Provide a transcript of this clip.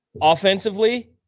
offensively